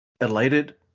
elated